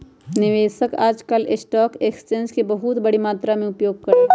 निवेशक आजकल stock exchange के बहुत बडी मात्रा में उपयोग करा हई